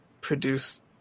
produce